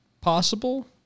Possible